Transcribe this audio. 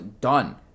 done